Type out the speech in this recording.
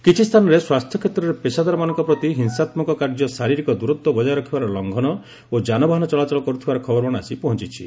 କିଛି ସ୍ଥାନରେ ସ୍ପାସ୍ଥ୍ୟକ୍ଷେତ୍ରର ପେଶାଦାରମାନଙ୍କ ପ୍ରତି ହିଂସାତ୍ମକ କାର୍ଯ୍ୟ ଶାରୀରିକ ଦୂରତ୍ୱ ବକାୟ ରଖିବାର ଲଂଘନ ଓ ଯାନବାହାନ ଚଳାଚଳ କରିଥିବାର ଖବରମାନ ଆସି ପହଞ୍ଚିଛି